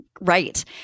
Right